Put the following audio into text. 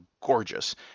gorgeous